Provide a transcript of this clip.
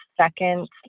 second